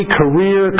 career